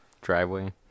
driveway